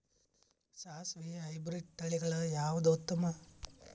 ಸಾಸಿವಿ ಹೈಬ್ರಿಡ್ ತಳಿಗಳ ಯಾವದು ಉತ್ತಮ?